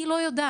אני לא יודעת.